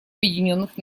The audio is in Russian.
объединенных